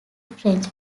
french